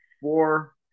four